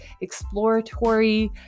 exploratory